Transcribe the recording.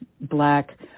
black